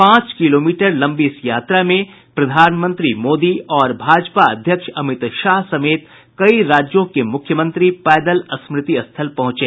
पांच किलोमीटर लंबी इस यात्रा में प्रधानमंत्री मोदी और भाजपा अध्यक्ष अमित शाह समेत कई राज्यों के मुख्यमंत्री पैदल स्मृति स्थल पहुंचे